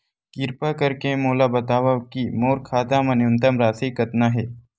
किरपा करके मोला बतावव कि मोर खाता मा न्यूनतम राशि कतना हे